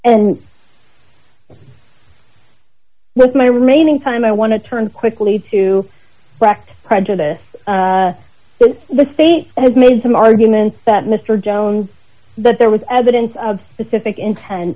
it's with my remaining time i want to turn quickly to correct prejudice since the state has made some arguments that mr jones but there was evidence of specific intent